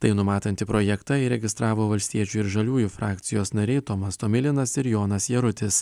tai numatantį projektą įregistravo valstiečių ir žaliųjų frakcijos nariai tomas tomilinas ir jonas jarutis